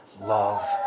love